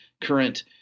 current